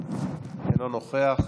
אינו נוכח,